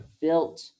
built